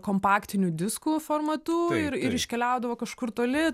kompaktinių diskų formatu ir iškeliaudavo kažkur toli